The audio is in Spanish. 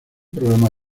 programa